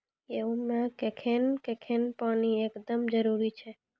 गेहूँ मे कखेन कखेन पानी एकदमें जरुरी छैय?